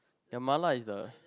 their mala is the